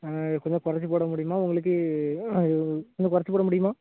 ஆ கொஞ்ச குறச்சி போட முடியுமா உங்களுக்கு அது இன்னும் குறச்சி போட முடியுமா